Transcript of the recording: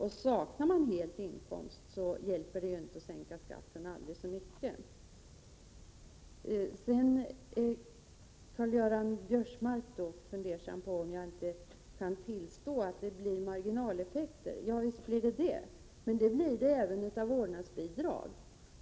Saknar man helt inkomst hjälper det inte att sänka skatten aldrig så mycket. Karl-Göran Biörsmark undrade om jag inte kunde tillstå att det blir marginaleffekter. Visst blir det marginaleffekter. Men det blir det även med vårdnadsbidrag.